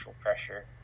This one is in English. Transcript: pressure